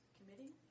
Committee